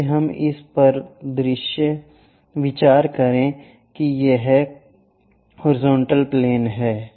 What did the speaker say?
आइए हम इस पर विचार करें कि यह हॉरिजॉन्टल प्लेन है